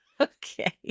Okay